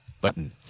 Button